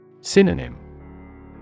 Synonym